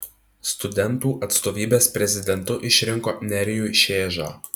studentų atstovybės prezidentu išrinko nerijų šėžą